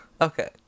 Okay